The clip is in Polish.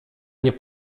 nie